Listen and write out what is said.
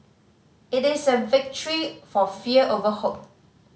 it is a victory for fear over hope